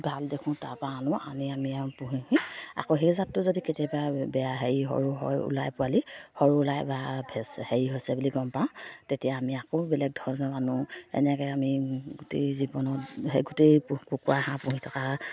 ভাল দেখোঁ তাৰপা আনো আনি আমি পুহি আকৌ সেই জাতটো যদি কেতিয়াবা বেয়া হেৰি সৰু হৈ ওলাই পোৱালি সৰু ওলাই বা হেৰি হৈছে বুলি গম পাওঁ তেতিয়া আমি আকৌ বেলেগ ধৰণৰ আনো এনেকৈ আমি গোটেই জীৱনত সেই গোটেই পুহ কুকুৰা হাঁহ পুহি থকা